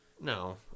No